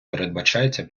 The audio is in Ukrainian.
передбачається